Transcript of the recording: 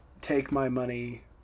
take-my-money